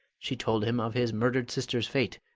she told him of his murdered sister's fate,